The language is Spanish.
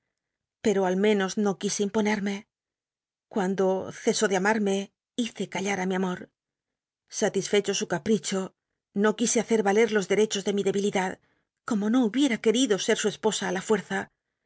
per o al menos no c isc imponerm e cuando cesó de am ii'iiic hice callar i mi amo satisfecho su capricho no c uise hacer vaici los derechos de mi debilidad como no hubiera c ueitlo ser su esposa ü la